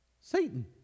Satan